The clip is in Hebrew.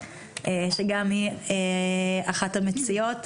שגם היא אחת המציעות.